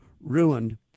ruined